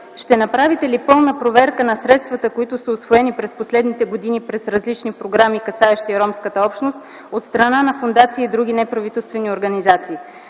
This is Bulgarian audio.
ще направите ли пълна проверка на средствата, които са усвоени през последните години през различни програми, касаещи ромската общност от страна на фондации и други неправителствени организации?